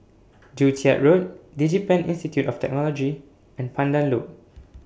Joo Chiat Road Digipen Institute of Technology and Pandan Loop